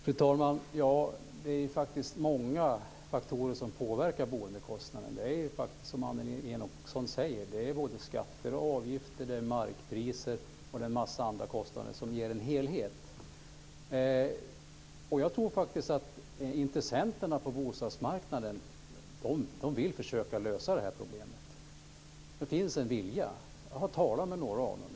Fru talman! Det är många faktorer som påverkar boendekostnaden. Det är, som Annelie Enochson säger, skatter, avgifter, markpriser och en massa andra kostnader, som ger en helhet. Jag tror att intressenterna på bostadsmarknaden vill försöka lösa det här problemet. Det finns en vilja. Jag har talat med några av dem.